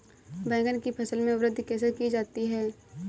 बैंगन की फसल में वृद्धि कैसे की जाती है?